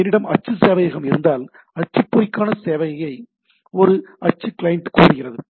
என்னிடம் அச்சு சேவையகம் இருந்தால் அச்சுப்பொறிக்கான சேவையை ஒரு அச்சு கிளையண்ட் கோருகிறது